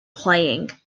playing